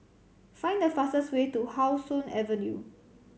find the fastest way to How Sun Avenue